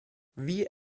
wie